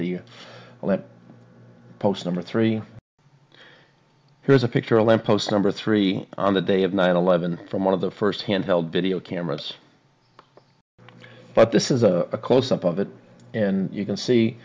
the post number three here's a picture a lamp post number three on the day of nine eleven from one of the first handheld video cameras but this is a closeup of it and you can see